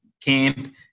camp